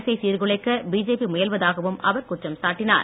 அரசை சீர்குலைக்க பிஜேபி முயல்வதாகவும் அவர் குற்றம் சாட்டினார்